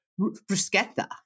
Bruschetta